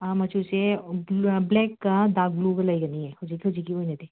ꯑꯥ ꯃꯆꯨꯁꯦ ꯕ꯭ꯂꯦꯛꯀ ꯗꯥꯔꯛ ꯕ꯭ꯂꯨꯒ ꯂꯩꯒꯅꯤꯌꯦ ꯍꯧꯖꯤꯛ ꯍꯧꯖꯤꯛꯀꯤ ꯑꯣꯏꯅꯗꯤ